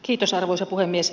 kiitos arvoisa puhemies